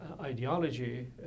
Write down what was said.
ideology